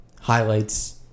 Highlights